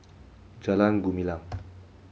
Jalan Gumilang